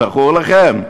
זכור לכם?